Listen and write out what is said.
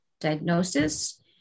diagnosis